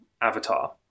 avatar